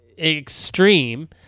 extreme